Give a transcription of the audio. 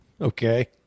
okay